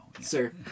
Sir